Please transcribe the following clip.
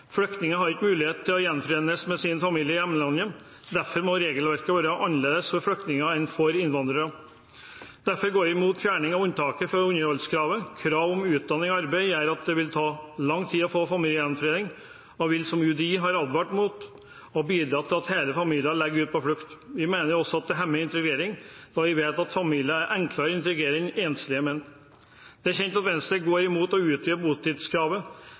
Flyktninger har ikke mulighet til å gjenforenes med sin familie i hjemlandet, derfor må regelverket være annerledes for flyktninger enn for innvandrere. Derfor går vi imot fjerning av unntaket fra underholdskravet. Krav om utdanning og arbeid gjør at det vil ta lang tid å få familiegjenforening, og vil, som UDI har advart mot, bidra til at hele familier legger ut på flukt. Vi mener også at det hemmer integrering, da vi vet at familier er enklere å integrere enn enslige menn. Det er kjent at Venstre går imot å utvide botidskravet.